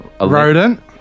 Rodent